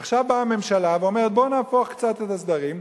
עכשיו באה הממשלה ואומרת: בואו נהפוך קצת את הסדרים,